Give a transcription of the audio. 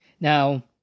now